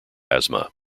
asthma